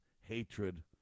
hatred